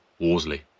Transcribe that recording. Worsley